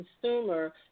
consumer